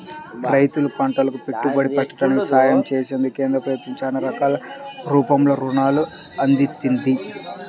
రైతులు పంటలకు పెట్టుబడి పెట్టడానికి సహాయం చేసేందుకు కేంద్ర ప్రభుత్వం చానా రకాల రూపంలో రుణాల్ని అందిత్తంది